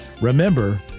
remember